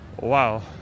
Wow